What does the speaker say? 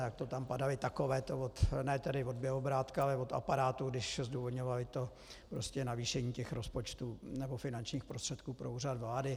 Tak tam padaly takovéto ne tedy od Bělobrádka, ale od aparátu, když zdůvodňovali to navýšení rozpočtů nebo finančních prostředků pro Úřad vlády.